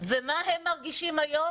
ומה הם מרגישים היום?